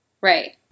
Right